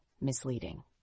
misleading